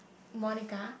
Monica